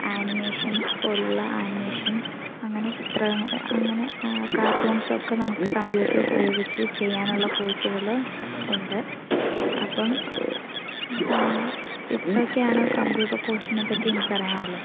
animations പോലെയുള്ള animation അങ്ങനെ ചിത്രം അങ്ങനെ കാർട്ടൂൺസൊക്കെ നമുക്ക് കമ്പ്യൂട്ടർ ഉപയോഗിച്ചു ചെയ്യാനുള്ള കോഴ്സുകൾ ഉണ്ട് അപ്പം ഇത്രയൊക്കെയാണ് കമ്പ്യൂട്ടർ കോഴ്സിനെ പറ്റി എനിക്ക് പറയാൻ ഉള്ളത്